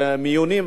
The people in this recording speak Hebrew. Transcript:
במיונים,